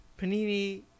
Panini